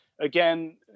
again